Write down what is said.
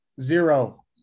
Zero